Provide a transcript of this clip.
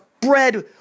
bread